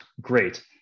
Great